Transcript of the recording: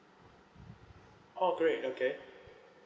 oh great okay